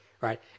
right